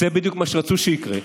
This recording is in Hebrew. זה בדיוק מה שרצו שיקרה.